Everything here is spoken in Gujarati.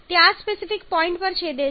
તે આ સ્પેસિફિક પોઇન્ટ પર છેદે છે